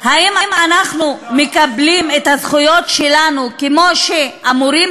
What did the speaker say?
האם אנחנו מקבלים את הזכויות שלנו כמו שאמורים